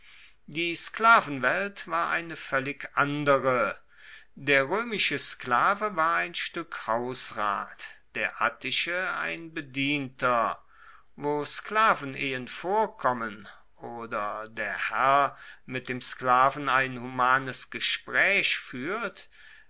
die sklavenwelt war eine voellig andere der roemische sklave war ein stueck hausrat der attische ein bedienter wo sklavenehen vorkommen oder der herr mit dem sklaven ein humanes gespraech fuehrt